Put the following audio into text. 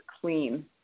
clean